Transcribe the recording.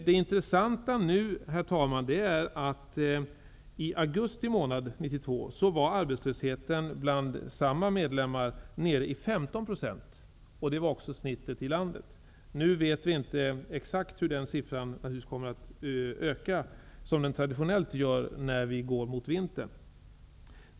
Det intressanta är att i augusti 1992 var arbetslösheten bland samma medlemmar nere i Vi vet inte exakt hur den siffran kommer att öka, som den traditionellt gör när vi går mot vintern.